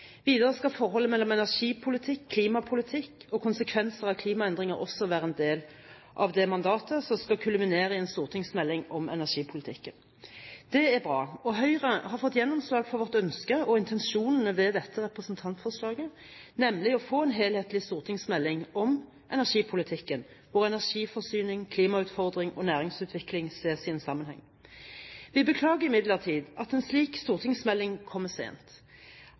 Videre skal forholdet mellom energipolitikk, klimapolitikk og konsekvenser av klimaendringer også være en del av det mandatet som skal kulminere i en stortingsmelding om energipolitikken. Det er bra, og Høyre har fått gjennomslag for sitt ønske om intensjonene ved dette representantforslaget, nemlig å få en helhetlig stortingsmelding om energipolitikken hvor energiforsyning, klimautfordring og næringsutvikling ses i en sammenheng. Vi beklager imidlertid at en slik stortingsmelding kommer sent.